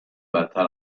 بدتر